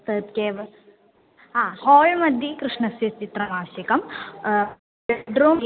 तत् केवलं हा हाल्मध्ये कृष्णस्य चित्रमावश्यकं बेड्रूम्